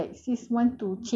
change for agama lah